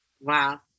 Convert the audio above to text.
Wow